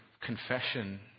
confession